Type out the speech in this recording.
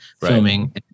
filming